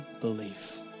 belief